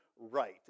right